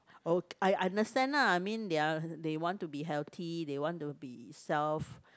oh I understand lah I mean they are they want to be healthy they want to be self